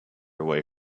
away